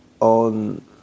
on